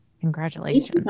Congratulations